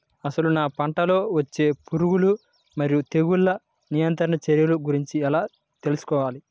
అసలు నా పంటలో వచ్చే పురుగులు మరియు తెగులుల నియంత్రణ చర్యల గురించి ఎలా తెలుసుకోవాలి?